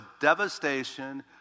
devastation